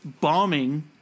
bombing